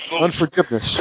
Unforgiveness